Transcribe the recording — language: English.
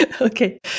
Okay